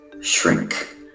shrink